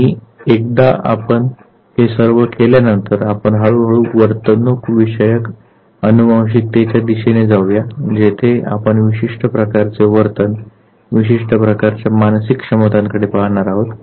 आणि एकदा आपण हे सर्व केल्या नंतर आपण हळूहळू वर्तनविषयक अनुवांशिकतेच्या दिशेने जाऊया जेथे आपण विशिष्ट प्रकारचे वर्तन विशिष्ट प्रकारच्या मानसिक क्षमतांकडे पाहणार आहोत